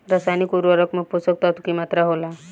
रसायनिक उर्वरक में पोषक तत्व की मात्रा होला?